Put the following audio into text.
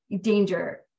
danger